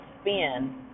spin